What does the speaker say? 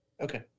Okay